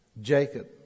Jacob